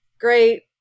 Great